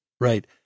Right